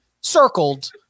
circled